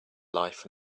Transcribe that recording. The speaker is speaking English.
life